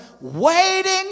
waiting